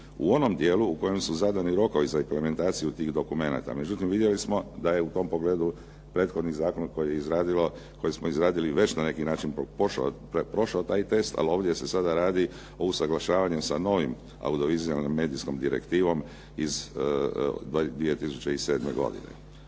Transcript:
u onom dijelu u kojem su zadani rokovi za implementaciju tih dokumenata. Međutim, vidjeli smo da je u tom pogledu prethodni zakon koji smo izradili već na neki način prošao taj test, ali ovdje se sada radi o usuglašavanju sa novim audiovizualnom medijskom direktivom iz 2007. godine.